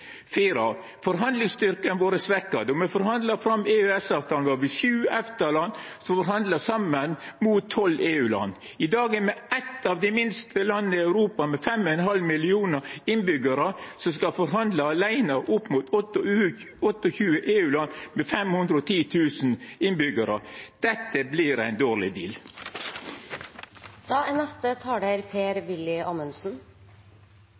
me forhandla fram EØS-avtalen, var me sju EFTA-land som forhandla saman mot tolv EU-land. I dag er me eit av dei minste landa i Europa, med 5,5 millionar innbyggjarar, som skal forhandla aleine opp mot 28 EU-land med 510 millionar innbyggjarar. – Dette vert ein dårleg deal. Europa er